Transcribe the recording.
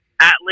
atlas